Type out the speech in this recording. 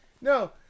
no